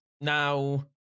now